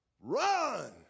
Run